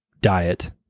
diet